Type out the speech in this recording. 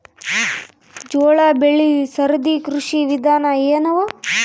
ಜೋಳ ಬೆಳಿ ಸರದಿ ಕೃಷಿ ವಿಧಾನ ಎನವ?